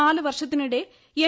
നാല് വർഷത്തിനിടെ എൻ